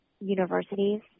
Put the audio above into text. universities